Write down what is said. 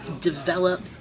develop